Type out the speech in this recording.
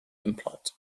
implant